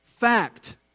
fact